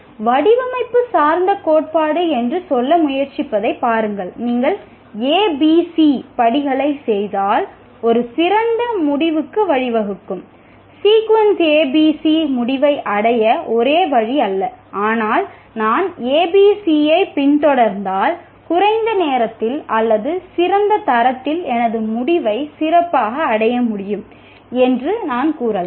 வடிவமைப்பு சார்ந்த கோட்பாடு என்று சொல்ல முயற்சிப்பதைப் பாருங்கள் நீங்கள் ஏபிசி பின்தொடர்ந்தால் குறைந்த நேரத்தில் அல்லது சிறந்த தரத்தில் எனது முடிவை சிறப்பாக அடைய முடியும் என்று நான் கூறலாம்